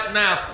now